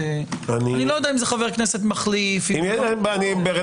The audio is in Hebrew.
אין בעיה.